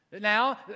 Now